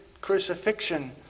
crucifixion